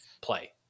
play